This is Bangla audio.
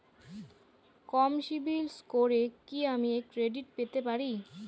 কম সিবিল স্কোরে কি আমি ক্রেডিট পেতে পারি?